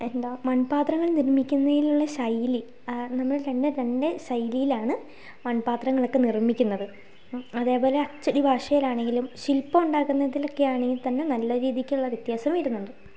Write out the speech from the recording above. എന്താ മൺപാത്രങ്ങൾ നിർമ്മിക്കുന്നതിലുള്ള ശൈലി ആ നമ്മുടെ തന്നെ തന്നെ ശൈലിയിലാണ് മൺപാത്രങ്ങളൊക്കെ നിർമ്മിക്കുന്നത് അതേപോലെ അച്ചടിഭാഷയിൽ ആണെങ്കിലും ശില്പം ഉണ്ടാക്കുന്നതിലൊക്കെ ആണെങ്കിൽ തന്നെ നല്ല രീതിക്കുള്ള വ്യത്യാസം വരുന്നുണ്ട്